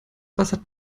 wasser